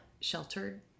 sheltered